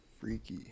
Freaky